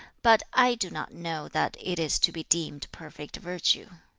but i do not know that it is to be deemed perfect virtue